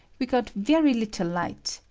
we got very little light,